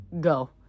go